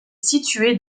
situé